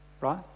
right